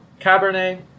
Cabernet